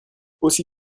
aussi